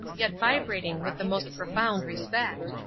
yet vibrating with the most profound respect,